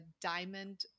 diamond